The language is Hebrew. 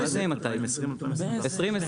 2021-2020,